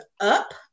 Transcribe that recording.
up